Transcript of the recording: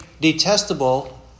detestable